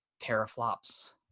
teraflops